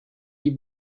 die